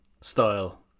style